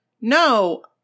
No